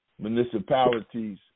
municipalities